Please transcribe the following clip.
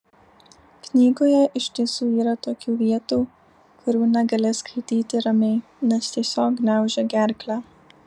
knygoje iš tiesų yra tokių vietų kurių negali skaityti ramiai nes tiesiog gniaužia gerklę